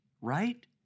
Right